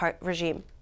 regime